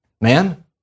Man